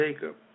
Jacob